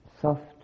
soft